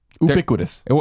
Ubiquitous